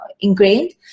ingrained